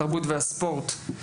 התרבות והספורט,